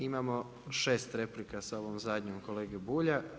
Imamo šest replika sa ovom zadnjom kolege Bulja.